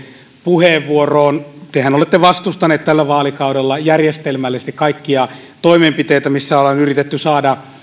puheenvuoroon tehän olette vastustaneet tällä vaalikaudella järjestelmällisesti kaikkia toimenpiteitä missä ollaan yritetty saada